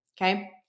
Okay